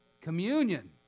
Communion